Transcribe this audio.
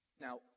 Now